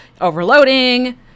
overloading